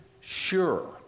sure